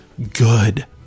Good